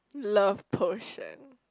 love potion